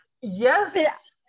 Yes